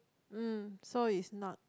mm so it's not